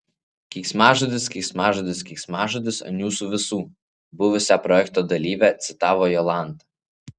keiksmažodis keiksmažodis keiksmažodis ant jūsų visų buvusią projekto dalyvę citavo jolanta